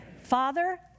Father